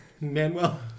Manuel